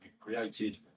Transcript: created